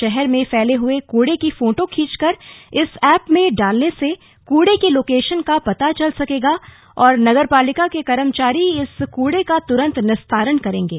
शहर में फैले हए कडे की फोटो खींचकर इस एप में डालने से कडे की लोकेशन का पता चल सकेगा और नगर पालिका के कर्मचारी इस कूड़े का तुरंत निस्तारण करेंगे